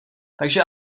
takže